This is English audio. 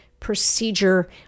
procedure